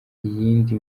iyindi